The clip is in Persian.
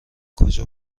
کجا